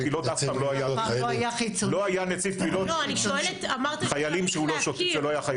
לא היה נציב קבילות חיילים שהוא לא היה חייל.